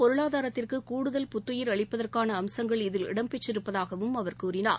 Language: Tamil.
பொருளாதாரத்திற்கு இருப்பினும் கூடுதல் புத்துயிர் அளிப்பதற்கான அம்சங்கள் இதில் இடம்பெற்றிருப்பதாகவும் அவர் கூறினார்